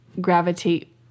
gravitate